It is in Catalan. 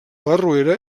barruera